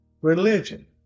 religion